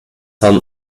son